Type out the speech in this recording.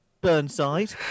Burnside